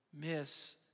miss